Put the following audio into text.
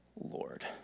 Lord